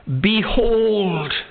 Behold